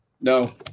No